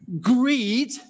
greed